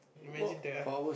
imagine to have